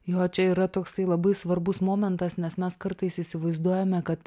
jo čia yra toksai labai svarbus momentas nes mes kartais įsivaizduojame kad